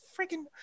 freaking